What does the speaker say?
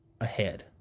ahead